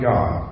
God